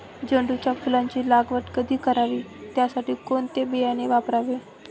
झेंडूच्या फुलांची लागवड कधी करावी? त्यासाठी कोणते बियाणे वापरावे?